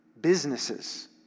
businesses